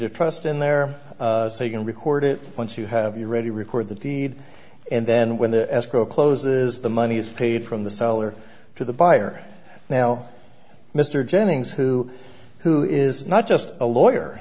of trust in there so you can record it once you have you ready to record the deed and then when the escrow closes the money is paid from the seller to the buyer now mr jennings who who is not just a lawyer